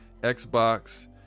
Xbox